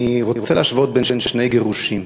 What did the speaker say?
אני רוצה להשוות בין שני גירושים,